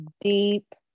deep